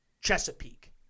chesapeake